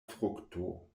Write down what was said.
frukto